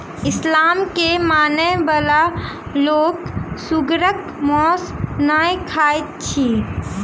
इस्लाम के मानय बला लोक सुगरक मौस नै खाइत अछि